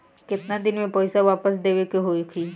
केतना दिन में पैसा वापस देवे के होखी?